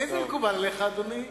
האם זה מקובל עליך, אדוני?